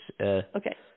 Okay